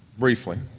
briefly,